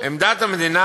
עמדת המדינה,